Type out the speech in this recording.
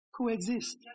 coexist